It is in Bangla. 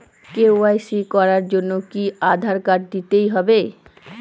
কে.ওয়াই.সি করার জন্য কি আধার কার্ড দিতেই হবে?